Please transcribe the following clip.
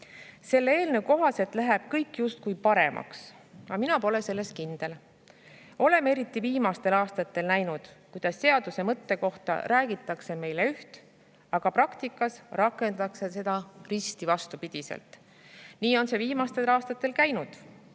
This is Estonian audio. Selle eelnõu kohaselt läheb kõik justkui paremaks, aga mina pole selles kindel. Oleme eriti viimastel aastatel näinud, kuidas seaduse mõtte kohta räägitakse meile üht, aga praktikas rakendatakse seda risti vastupidi. Nii on see viimastel aastatel käinud.